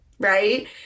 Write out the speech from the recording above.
Right